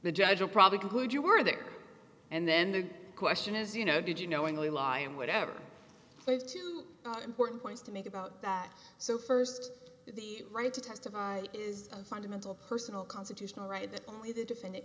the judge will probably conclude you were there and then the question is you know did you knowingly lie and whatever lead to important points to make about that so first the right to testify is a fundamental personal constitutional right that only the defendant